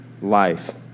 life